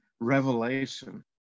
revelation